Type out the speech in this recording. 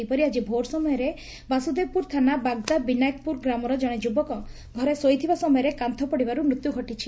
ସେହିପରି ଆଜି ଭୋର୍ ସମୟରେ ବାସୁଦେବପୁର ଥାନା ବାଗ୍ଦା ବିନାୟକପୁର ଗ୍ରାମର ଯୁବକ ଘରେ ଶୋଇଥିବା ସମୟରେ କାନ୍ତପଡ଼ିବାରୁ ମୃତ୍ୟୁ ଘଟିଛି